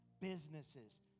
businesses